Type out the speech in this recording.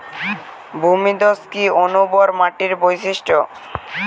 ভূমিধস কি অনুর্বর মাটির বৈশিষ্ট্য?